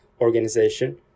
organization